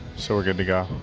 so we're good to go.